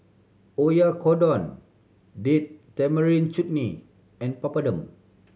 Oyakodon Date Tamarind Chutney and Papadum